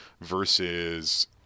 versus